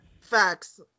Facts